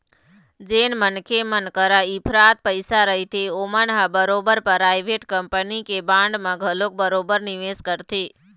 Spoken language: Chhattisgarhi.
जेन मनखे मन करा इफरात पइसा रहिथे ओमन ह बरोबर पराइवेट कंपनी के बांड म घलोक बरोबर निवेस करथे